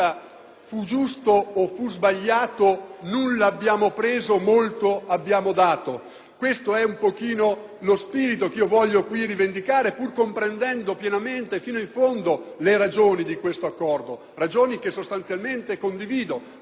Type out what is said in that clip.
«Fu giusto o fu sbagliato nulla abbiamo preso, molto abbiamo dato». Questo è lo spirito che voglio qui rivendicare, pur comprendendo pienamente e fino in fondo le ragioni di questo Trattato, ragioni che sostanzialmente condivido